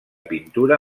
pintura